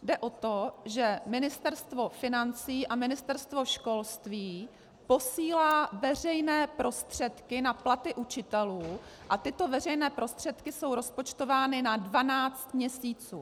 Jde o to, že Ministerstvo financí a Ministerstvo školství posílá veřejné prostředky na platy učitelů a tyto veřejné prostředky jsou rozpočtovány na 12 měsíců.